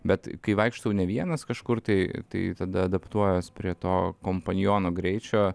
bet kai vaikštau ne vienas kažkur tai tai tada adaptuojuos prie to kompaniono greičio